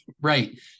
Right